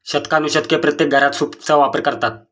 शतकानुशतके प्रत्येक घरात सूपचा वापर करतात